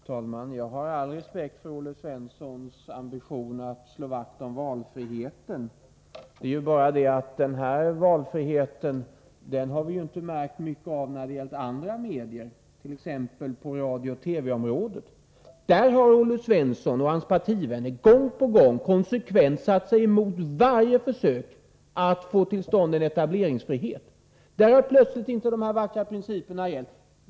Fru talman! Jag har all respekt för Olle Svenssons ambition att slå vakt om valfriheten. Det är bara det att den valfriheten har vi inte märkt när det gällt andra medier, t.ex. på radiooch TV-området. Där har Olle Svensson och hans partivänner gång på gång konsekvent satt sig emot varje försök att få till stånd en etableringsfrihet. Där har plötsligt inte de här vackra principerna gällt.